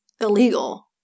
illegal